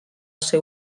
ser